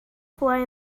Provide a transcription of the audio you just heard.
fly